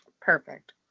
Perfect